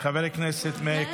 חבר הכנסת מאיר כהן,